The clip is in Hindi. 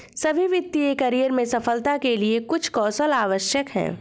सभी वित्तीय करियर में सफलता के लिए कुछ कौशल आवश्यक हैं